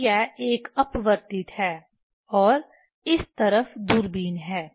अब यह एक अपवर्तित है और इस तरफ दूरबीन है